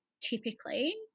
typically